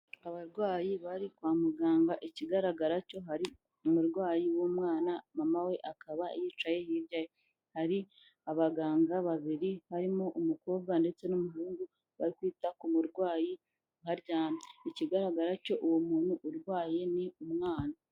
Abarwayi bari kwa muganga, ikigaragara cyo hari umurwayi w'umwana, mama we akaba yicaye hirya ye, hari abaganga babiri barimo umukobwa ndetse n'umuhungu bari kwita ku murwayi aho aryamye, ikigaragara cyo uwo muntu urwaye ni umwana.